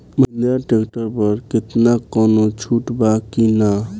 Mahindra tractor पर केतना कौनो छूट बा कि ना?